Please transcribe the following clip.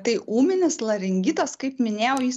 tai ūminis laringitas kaip minėjau jis